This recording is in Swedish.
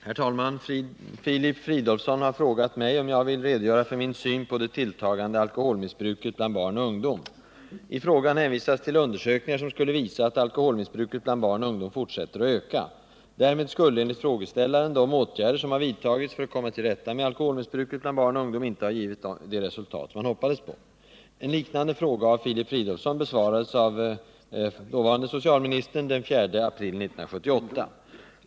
Herr talman! Filip Fridolfsson har frågat mig om jag vill redogöra för min syn på det tilltagande alkoholmissbruket bland barn och ungdom. I frågan hänvisas till undersökningar som skulle visa att alkoholmissbruket bland barn och ungdom fortsätter att öka. Därmed skulle — enligt frågeställaren — de åtgärder som vidtagits för att komma till rätta med alkoholmissbruket bland barn och ungdom inte ha givit det resultat som man hoppades på. En liknande fråga av Filip Fridolfsson besvarades av dåvarande socialministern den 4 april 1978.